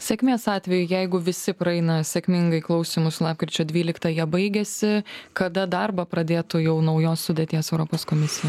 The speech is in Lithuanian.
sėkmės atveju jeigu visi praeina sėkmingai klausymus lapkričio dvyliktąją baigiasi kada darbą pradėtų jau naujos sudėties europos komisija